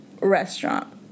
restaurant